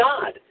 God